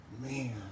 Man